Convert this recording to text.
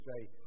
say